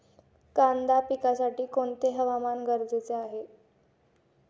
कांदा पिकासाठी कोणते हवामान गरजेचे आहे?